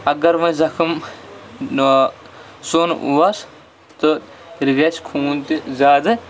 اگر وۄنۍ زخم سوٚن اوس تہٕ تیٚلہِ گژھِ خوٗن تہِ زیادٕ